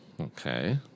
okay